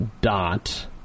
Dot